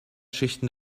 schichten